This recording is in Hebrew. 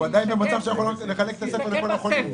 הוא עדיין במצב שהוא יכול לחלק את הספר לכל החולים.